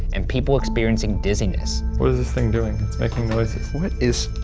and people experiencing dizziness. what is this thing doing, it's making noises. what is?